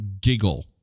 giggle